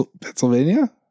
Pennsylvania